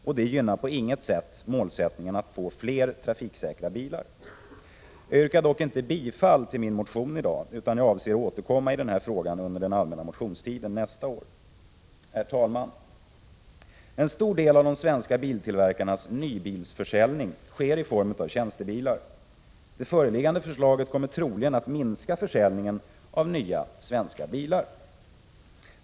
Detta gynnar på inget sätt målsättningen att få fler trafiksäkra bilar. Jag yrkar dock inte bifall till min motion i dag utan avser att återkomma i frågan under den allmänna motionstiden nästa år. Herr talman! En stor del av de svenska biltillverkarnas nybilsförsäljning sker i form av tjänstebilar. Det föreliggande förslaget kommer troligen att minska försäljningen av nya, svenska bilar.